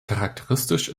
charakteristisch